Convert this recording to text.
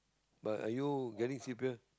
but are you getting c_p_f